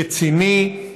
רציני,